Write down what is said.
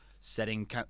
setting